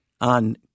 on